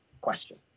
question